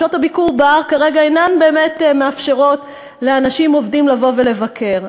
שעות הביקור בהר כרגע לא באמת מאפשרות לאנשים עובדים לבוא ולבקר.